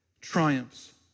Triumphs